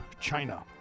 China